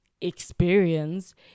experience